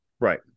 Right